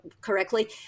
correctly